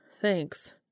thanks